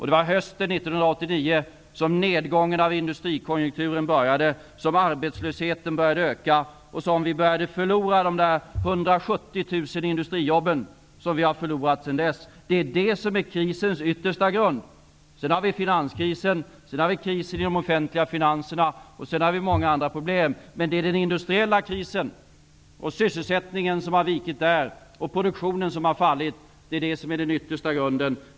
Det var hösten 1989 som nedgången av industrikonjunkturen började, som arbetslösheten började öka, som vi började förlora de 170 000 industrijobb som vi har förlorat sedan dess. Det är det som är krisens yttersta grund. Sedan har vi finanskrisen, krisen i de offentliga finanserna, och många andra problem. Men det är alltså den industriella krisen — att sysselsättningen har vikit i industrin och att produktionen har fallit — som är den yttersta grunden.